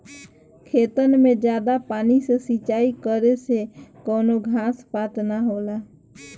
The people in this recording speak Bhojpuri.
खेतन मे जादा पानी से सिंचाई करे से कवनो घास पात ना होला